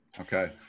okay